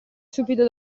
subito